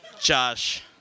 Josh